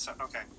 okay